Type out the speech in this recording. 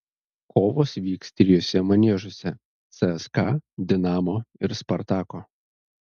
kovos vyks trijuose maniežuose cska dinamo ir spartako